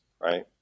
right